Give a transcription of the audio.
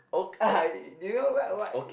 do you know what what